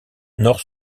nord